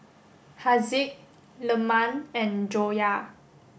Haziq Leman and Joyah